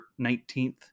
19th